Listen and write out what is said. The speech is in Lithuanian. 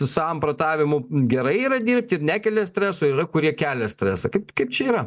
samprotavimų gerai yra dirbti ir nekelia streso yra kurie kelia stresą kaip kaip čia yra